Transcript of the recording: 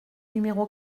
numéro